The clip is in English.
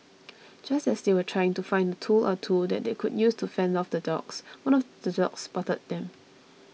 just as they were trying to find a tool or two that they could use to fend off the dogs one of the dogs spotted them